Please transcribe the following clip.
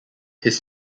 his